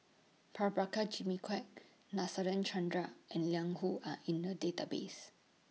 Prabhakara Jimmy Quek Nadasen Chandra and Liang Hu Are in The Database